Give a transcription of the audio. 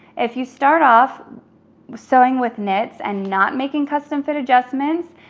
if you start off sewing with knits and not making custom fit adjustments,